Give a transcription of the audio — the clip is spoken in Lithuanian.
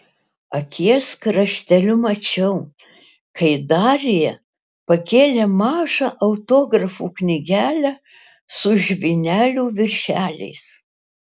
akies krašteliu mačiau kai darija pakėlė mažą autografų knygelę su žvynelių viršeliais